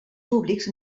públics